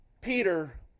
Peter